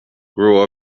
grew